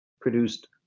produced